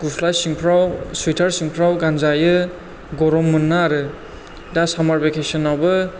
गुस्ला सिंफ्राव सुइटार सिंफ्राव गानजायो गरम मोनना आरो दा सामार बेकेशोनावबो